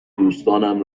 دوستانم